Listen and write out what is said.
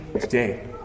today